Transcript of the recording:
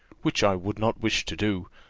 which i would not wish to do,